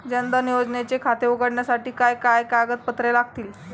जनधन योजनेचे खाते उघडण्यासाठी काय काय कागदपत्रे लागतील?